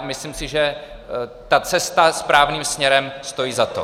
Myslím si ale, že cesta správným směrem stojí za to.